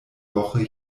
woche